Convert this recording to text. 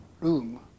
room